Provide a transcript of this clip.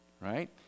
right